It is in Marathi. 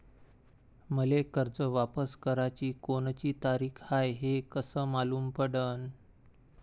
मले कर्ज वापस कराची कोनची तारीख हाय हे कस मालूम पडनं?